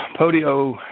Podio